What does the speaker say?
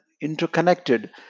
interconnected